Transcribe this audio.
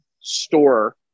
store